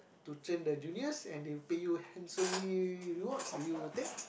to train the juniors and they pay you handsomely reward do you take